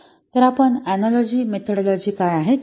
तर आपण analogy methodology काय पाहु ते पाहू